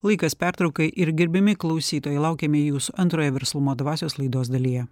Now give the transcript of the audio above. laikas pertraukai ir gerbiami klausytojai laukiame jūsų antrojoj verslumo dvasios laidos dalyje